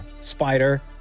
Spider